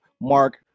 Mark